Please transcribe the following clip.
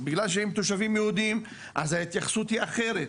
אז בגלל שהם תושבים יהודיים אז ההתייחסות היא אחרת,